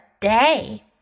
day